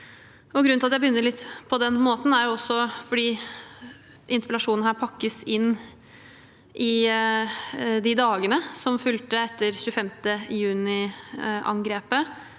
Grunnen til at jeg begynner på den måten, er også at interpellasjonen pakkes inn i de dagene som fulgte etter 25. juni-angrepet,